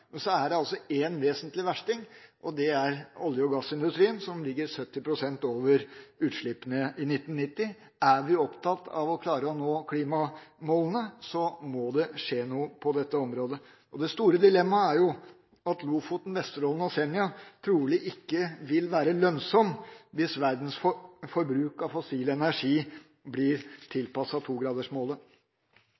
det er en vesentlig versting, og det er olje- og gassindustrien, som ligger 70 pst. over utslippene i 1990. Er vi opptatt av å klare å nå klimamålene, må det skje noe på dette området. Det store dilemmaet er at utbyggingen av Lofoten, Vesterålen og Senja trolig ikke vil være lønnsom hvis verdens forbruk av fossil energi blir